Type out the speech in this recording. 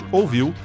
ouviu